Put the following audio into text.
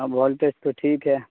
voltage تو ٹھیک ہے